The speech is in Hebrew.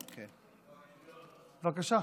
בבקשה.